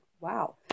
Wow